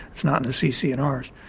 it's not in the cc and rs.